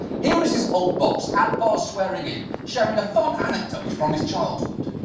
here is his old boss, at barr's swearing in, sharing a fun anecdote from his childhood.